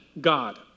God